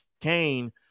Kane